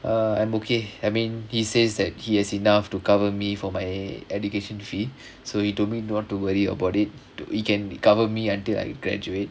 err I'm okay I mean he says that he has enough to cover me for my education fee so he told me not to worry about it it can recover me until I graduate